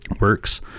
works